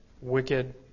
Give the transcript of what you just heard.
wicked